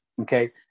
okay